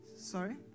Sorry